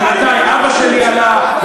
ומתי אבא שלי עלה,